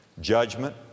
judgment